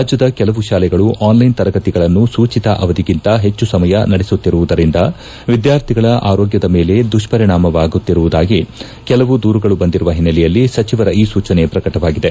ರಾಜ್ಯದ ಕೆಲವು ಶಾಲೆಗಳು ಆನ್ಲೈನ್ ತರಗತಿಗಳನ್ನು ಸೂಚಿತ ಅವಧಿಗಿಂತ ಹೆಚ್ಚು ಸಮಯ ನಡೆಸುತ್ತಿರುವುದರಿಂದ ವಿದ್ಯಾರ್ಥಿಗಳ ಆರೋಗ್ಲದ ಮೇಲೆ ದುಪ್ಪರಣಾಮವಾಗುತ್ತಿರುವುದಾಗಿ ಕೆಲವು ದೂರುಗಳು ಬಂದಿರುವ ಹಿನ್ನೆಲೆಯಲ್ಲಿ ಸಚಿವರ ಈ ಸೂಚನೆ ಪ್ರಕಟವಾಗಿದೆ